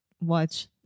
watch